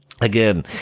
again